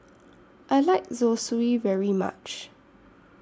I like Zosui very much